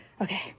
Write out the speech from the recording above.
Okay